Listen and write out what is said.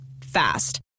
Fast